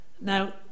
Now